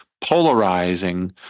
polarizing